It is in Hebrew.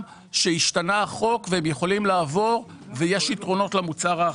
שהשתנה החוק והם יכולים לעבור ויש יתרונות למוצר האחר.